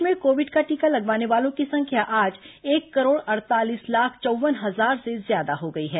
देश में कोविड का टीका लगवाने वालों की संख्या आज एक करोड़ अड़तालीस लाख चौव्वन हजार से ज्यादा हो गई है